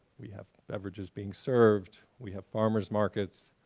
we have beverages being served, we have farmers markets,